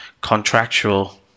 contractual